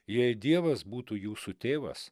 jei dievas būtų jūsų tėvas